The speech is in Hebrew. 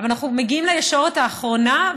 אבל אנחנו מגיעים לישורת האחרונה,